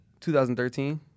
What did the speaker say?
2013